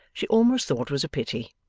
she almost thought was a pity.